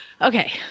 Okay